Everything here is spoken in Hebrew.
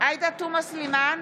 עאידה תומא סלימאן,